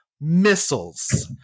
missiles